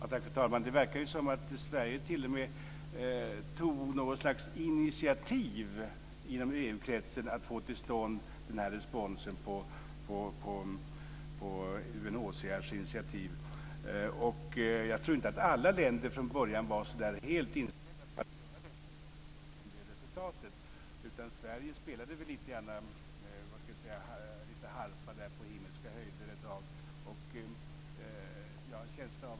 Fru talman! Det verkar som om Sverige t.o.m. tog något slags initiativ inom EU-kretsen för att få till stånd den här responsen på UNHCR:s initiativ. Jag tror inte att alla länder från början var helt inställda på att göra det som sedan blev resultatet. Sverige spelade väl lite harpa på himmelska höjder där ett tag.